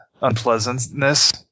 unpleasantness